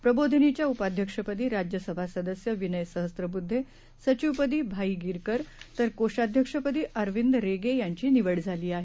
प्रबोधिनीच्या उपाध्यक्षपदी राज्यसभा सदस्य विनय सहस्त्रबुद्धे सचिवपदी भाई गिरकर तर कोषाध्यक्षपदी अरविंद रेगे यांची निवड झाली आहे